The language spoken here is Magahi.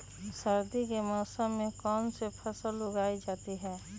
सर्दी के मौसम में कौन सी फसल उगाई जाती है?